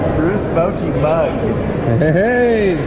bochy bug hey